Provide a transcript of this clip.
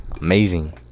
Amazing